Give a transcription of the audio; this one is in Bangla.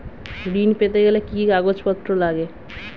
ঋণ পেতে গেলে কি কি কাগজপত্র লাগে?